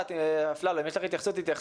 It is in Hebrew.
אפרת אפפלו, אם יש לך התייחסות, תתייחסי.